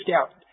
out